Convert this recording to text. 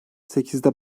sekizde